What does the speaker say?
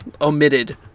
omitted